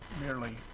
merely